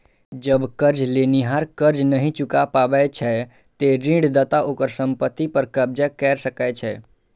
जब कर्ज लेनिहार कर्ज नहि चुका पाबै छै, ते ऋणदाता ओकर संपत्ति पर कब्जा कैर सकै छै